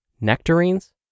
Nectarines